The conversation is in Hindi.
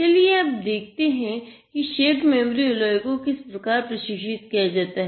चलिए अब देखते हैं की शेप मेमोरी एलाय को किस प्रकार प्रशिक्षित किया जाता है